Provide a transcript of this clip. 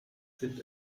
sind